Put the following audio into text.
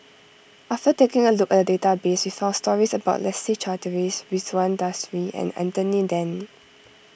after taking a look at the database we found stories about Leslie Charteris Ridzwan Dzafir and Anthony then